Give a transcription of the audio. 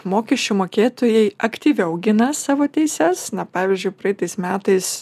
mokesčių mokėtojai aktyviau gina savo teises na pavyzdžiui praeitais metais